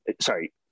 sorry